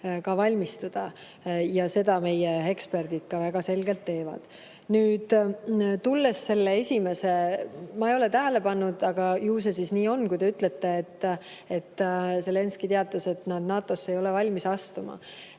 ka valmistuda. Ja seda meie eksperdid ka väga selgelt teevad. Nüüd, tulles selle esinemise juurde, ma ei ole tähele pannud, aga ju see siis nii on, kui te ütlete, et Zelenskõi teatas, et nad NATO‑sse ei ole valmis astuma.